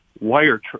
wire